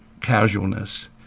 casualness